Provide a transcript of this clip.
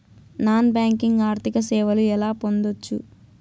Non banking ఆర్థిక సేవలు ఎలా పొందొచ్చు?